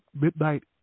midnight